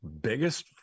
Biggest